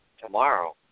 tomorrow